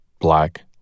black